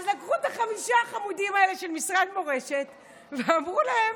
אז לקחו את חמשת החמודים האלה של משרד המורשת ואמרו להם: